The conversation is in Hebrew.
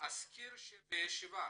אזכיר שבישיבה